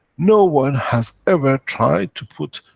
no one has ever tried to put,